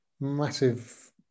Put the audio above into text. massive